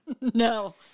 No